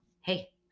hey